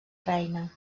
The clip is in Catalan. reina